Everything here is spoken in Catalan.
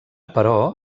però